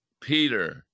Peter